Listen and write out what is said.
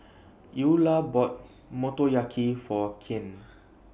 Eula bought Motoyaki For Kyan